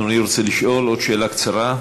אדוני רוצה לשאול עוד שאלה קצרה?